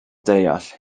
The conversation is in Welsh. deall